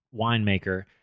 winemaker